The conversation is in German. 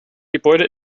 gebäude